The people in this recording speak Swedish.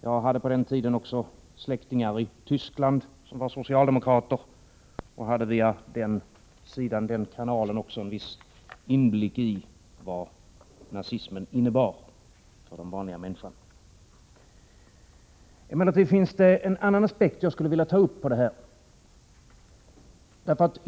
Jag hade på den tiden också släktingar i Tyskland som var socialdemokrater, och jag hade via den kanalen en viss inblick i vad nazismen innebar för den vanliga människan. Emellertid finns det en annan aspekt på denna fråga som jag gärna vill ta upp.